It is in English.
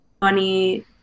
money